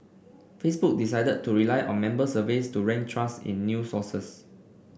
Facebook decided to rely on member surveys to rank trust in new sources